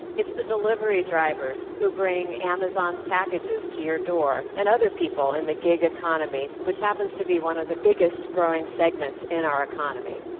it's the delivery drivers who bring amazon's packages to your door, and other people in the gig economy, which happens to be one of the biggest growing segments in our economy.